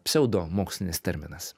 pseudomokslinis terminas